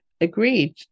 agreed